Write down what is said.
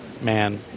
Man